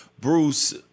Bruce